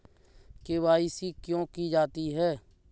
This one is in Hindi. के.वाई.सी क्यों की जाती है?